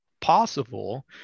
possible